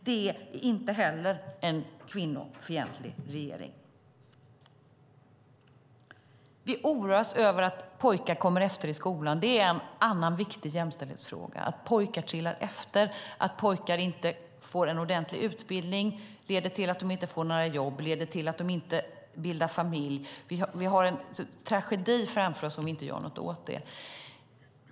Det är inte heller någon kvinnofientlig regering. Vi oroas över att pojkar kommer efter i skolan. Det är en annan viktig jämställdhetsfråga. Pojkar trillar efter, och pojkar får inte någon ordentlig utbildning. Det leder till att de inte får några jobb och att de inte bildar familj. Vi har en tragedi framför oss om vi inte gör något åt detta.